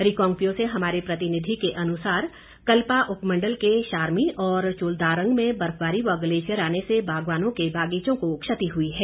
रिकांगपिओ से हमारे प्रतिनिधि के अनुसार कल्पा उपमण्डल के शारमी और चुलदारंग में बर्फबारी व ग्लेशियर आने से बागवानों के बागीचों को क्षति हुई है